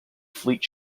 fleet